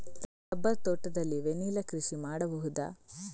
Rubber ತೋಟದಲ್ಲಿ vanilla ಕೃಷಿ ಮಾಡಬಹುದಾ?